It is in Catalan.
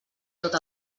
tot